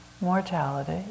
mortality